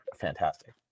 fantastic